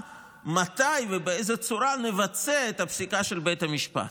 מתי ובאיזו צורה נבצע את הפסיקה של בית המשפט.